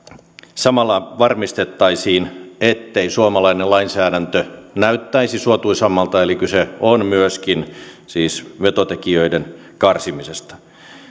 samalla varmistettaisiin ettei suomalainen lainsäädäntö näyttäisi suotuisammalta eli kyse on siis myöskin vetotekijöiden karsimisesta